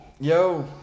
Yo